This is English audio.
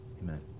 Amen